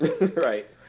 Right